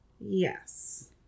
Yes